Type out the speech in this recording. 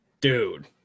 Dude